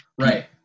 right